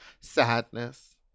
Sadness